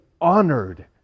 honored